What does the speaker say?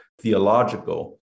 theological